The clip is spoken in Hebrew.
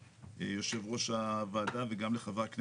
יושב-ראש הוועדה וגם לחברי הכנסת.